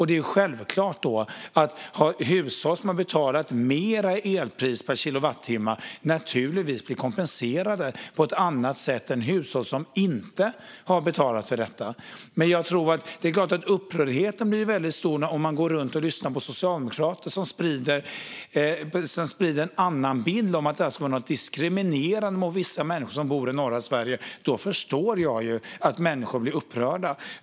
Det är självklart att hushåll som har betalat ett högre elpris per kilowattimme blir kompenserade på ett annat sätt än hushåll som inte har betalat för detta. Det är klart att upprördheten blir väldigt stor om man går runt och lyssnar på socialdemokrater som sprider en bild av att detta skulle vara någonting diskriminerande mot vissa människor som bor i norra Sverige. Då förstår jag att människor blir upprörda.